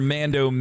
Mando